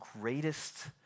greatest